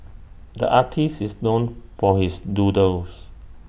the artist is known for his doodles